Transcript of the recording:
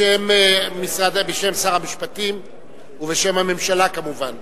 בשם שר המשפטים ובשם הממשלה כמובן.